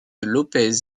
lopez